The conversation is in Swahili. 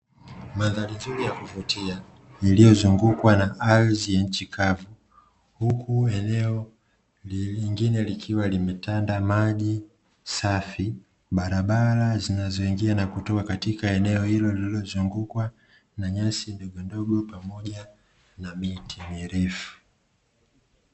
Mandhari nzuri ya kuvutia iliyozungukwa na ardhi yenye nchi kavu, huku eneo lingine likiwa kimetanda maji safi. Barabara zinazoingia na kutoka eneo hilo zilizozungukwa na nyasi ndogo ndogo pamoja na miti mirefu.